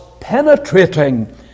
penetrating